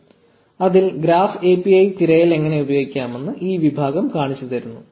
1201 അതിൽ graph API തിരയൽ എങ്ങനെ ഉപയോഗിക്കാമെന്ന് ഈ വിഭാഗം കാണിച്ചുതരുന്നു